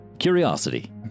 Curiosity